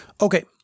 Okay